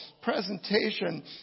presentation